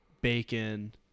bacon